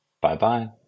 Bye-bye